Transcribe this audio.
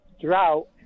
drought